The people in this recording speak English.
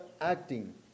acting